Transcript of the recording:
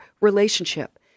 relationship